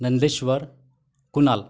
Nandeshwar Kunal